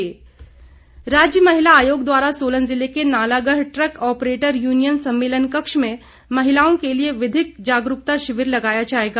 जागरूकता शिविर राज्य महिला आयोग द्वारा सोलन ज़िले के नालागढ़ ट्रक ऑपरेटर यूनियन सम्मेलन कक्ष में महिलाओं के लिए विधिक जागरूकता शिविर लगाया जाएगा